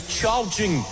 charging